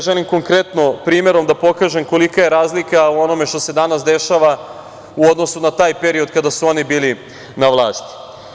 Želim konkretnim primerom da pokažem kolika je razlika u onome što se danas dešava u odnosu na taj period kada su oni bili na vlasti.